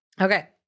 okay